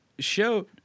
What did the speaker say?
show